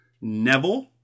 Neville